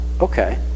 okay